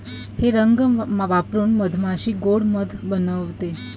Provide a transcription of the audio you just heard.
हे रंग वापरून मधमाशी गोड़ मध बनवते